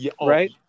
right